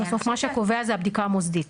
בסוף מה שקובע זאת הבדיקה המוסדית.